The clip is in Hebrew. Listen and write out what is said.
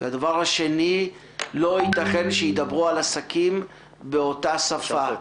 הדבר השני, לא ייתכן שידברו על עסקים באותה שפה.